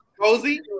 cozy